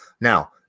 Now